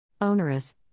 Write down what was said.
onerous